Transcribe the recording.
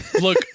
look